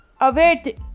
await